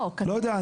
אני לא יודע,